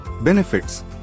Benefits